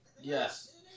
yes